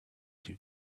two